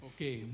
Okay